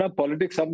politics